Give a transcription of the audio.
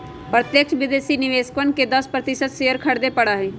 प्रत्यक्ष विदेशी निवेशकवन के दस प्रतिशत शेयर खरीदे पड़ा हई